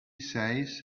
says